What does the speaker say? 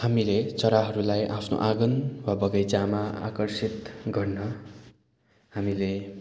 हामीले चराहरूलाई आफ्नो आँगन वा बगैँचामा आकर्षित गर्न हामीले